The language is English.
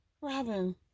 Robin